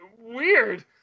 Weird